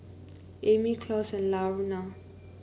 Emmy Claus and Laverna